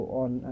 on